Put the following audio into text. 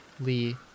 Lee